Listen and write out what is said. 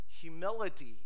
humility